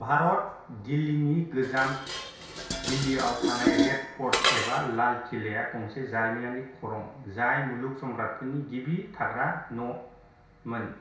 भारत दिल्लीनि गोजाम दिल्लीयाव थानाय रेड फर्ट एबा लाल कीलाया गंसे जारिमिनारि खरं जाय मुगल सम्राटफोरनि गिबि थाग्रा न'मोन